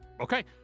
Okay